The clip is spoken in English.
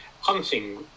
hunting